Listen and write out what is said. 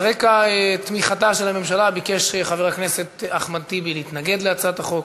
על רקע תמיכתה של הממשלה ביקש חבר הכנסת אחמד טיבי להתנגד להצעת החוק.